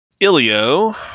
ilio